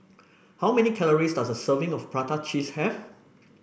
how many calories does a serving of Prata Cheese have